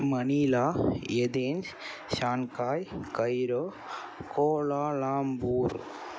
Manila Athens Shanghai Cairo Kuala Lumpur